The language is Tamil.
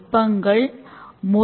product owner